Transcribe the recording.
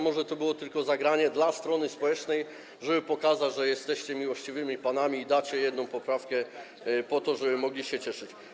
Może to było tylko zagranie dla strony społecznej, żeby pokazać, że jesteście miłościwymi panami i poprzecie jedną poprawkę, po to żeby oni mogli się cieszyć.